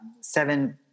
seven